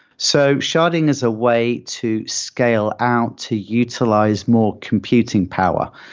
so sharding is a way to scale out to utilize more computing power.